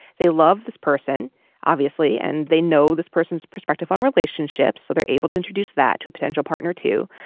they love this person obviously and they know this person's perspective on relationships so they're able to introduce that to a potential partner too.